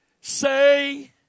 say